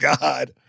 God